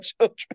children